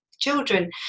children